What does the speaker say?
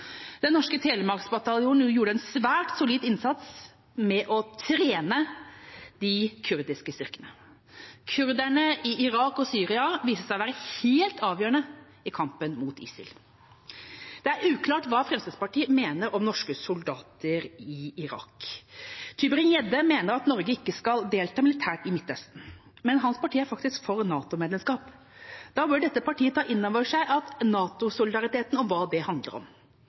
Den norske Telemarkbataljonen gjorde en svært solid innsats med å trene de kurdiske styrkene. Kurderne i Irak og Syria viste seg å være helt avgjørende i kampen mot ISIL. Det er uklart hva Fremskrittspartiet mener om norske soldater i Irak. Tybring-Gjedde mener at Norge ikke skal delta militært i Midtøsten. Men hans parti er faktisk for NATO-medlemskap. Da bør dette partiet ta inn over seg NATO-solidariteten og hva det handler om.